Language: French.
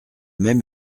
même